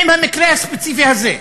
ובין המקרה הספציפי הזה?